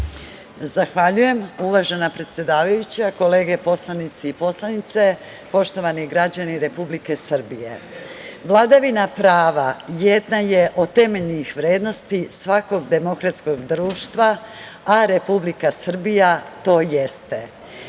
Zahvaljujem, uvažena predsedavajuća, kolege poslanici i poslanice, poštovani građani Republike Srbije. Vladavina prava jedna je od temeljnih vrednosti svakog demokratskog društva, a Republika Srbija to